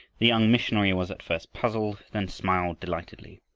the young missionary was at first puzzled, then smiled delightedly.